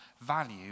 value